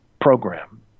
program